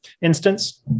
instance